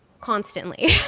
constantly